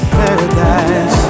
paradise